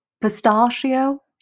pistachio